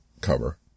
cover